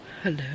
Hello